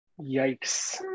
yikes